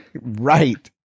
Right